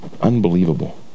Unbelievable